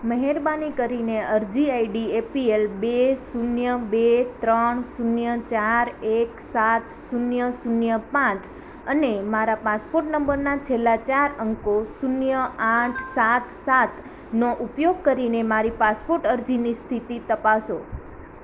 મહેરબાની કરીને અરજી આઈડી એપીએલ બે શૂન્ય બે ત્રણ શૂન્ય ચાર એક સાત શૂન્ય શૂન્ય પાંચ અને મારા પાસપોર્ટ નંબરના છેલ્લા ચાર અંકો શૂન્ય આઠ સાત સાતનો ઉપયોગ કરીને મારી પાસપોર્ટ અરજીની સ્થિતિ તપાસો